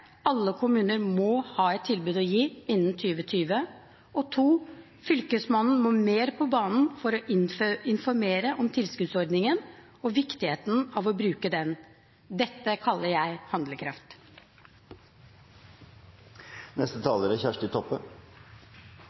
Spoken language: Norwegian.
Alle kommuner må ha et tilbud å gi innen 2020. Og 2: Fylkesmannen må mer på banen for å informere om tilskuddsordningen og viktigheten av å bruke den. Dette kaller jeg handlekraft.